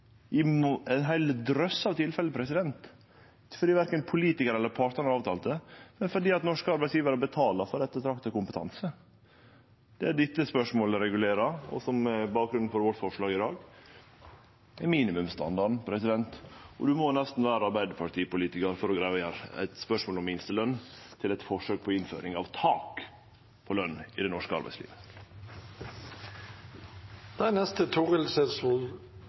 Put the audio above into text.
partane har avtalt det, men fordi norske arbeidsgjevarar betaler for ettertrakta kompetanse. Det dette spørsmålet regulerer, og som er bakgrunnen for vårt forslag i dag, er minimumsstandarden. Ein må nesten vere Arbeidarparti-politikar for å greie å gjere eit spørsmål om minsteløn til eit forsøk på innføring av tak på løn i det norske